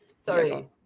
sorry